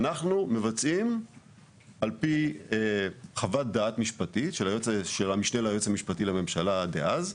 אנחנו מבצעים על פי חוות דעת משפטית של המשנה ליועץ המשפטי לממשלה דאז,